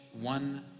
one